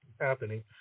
Happening